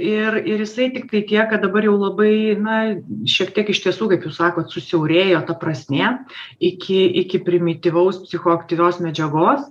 ir ir jisai tiktai tiek kad dabar jau labai na šiek tiek iš tiesų kaip jūs sakot susiaurėjo ta prasmė iki iki primityvaus psichoaktyvios medžiagos